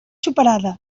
superada